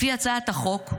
לפי הצעת החוק,